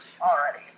already